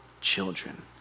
children